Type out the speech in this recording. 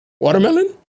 Watermelon